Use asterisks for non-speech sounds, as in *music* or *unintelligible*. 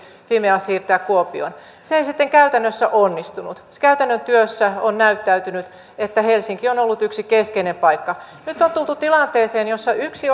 fimea siirtää kuopioon se ei sitten käytännössä onnistunut käytännön työssä on näyttäytynyt että helsinki on ollut yksi keskeinen paikka nyt on tultu tilanteeseen jossa yksi *unintelligible*